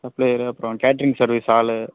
supplier அப்புறோம் catering service ஆள்